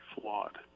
flawed